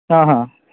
ହଁ ହଁ